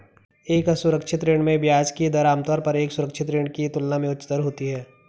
एक असुरक्षित ऋण में ब्याज की दर आमतौर पर एक सुरक्षित ऋण की तुलना में उच्चतर होती है?